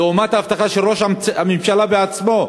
לעומת ההבטחה של ראש הממשלה בעצמו,